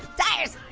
tires!